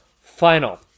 final